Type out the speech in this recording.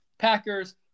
Packers